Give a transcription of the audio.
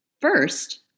First